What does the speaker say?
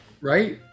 right